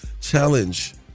challenge